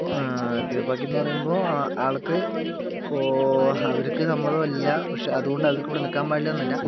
അപ്പോൾ തീർപ്പാക്കിയെന്നു പറയുമ്പോൾ ആൾക്ക് ഇപ്പോൾ അവർക്ക് സമ്മതം അല്ല പക്ഷെ അതുകൊണ്ടവർക്ക് ഇവിടെ നിൽക്കാൻ പാടില്ലായെന്നല്ല